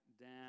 down